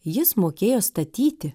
jis mokėjo statyti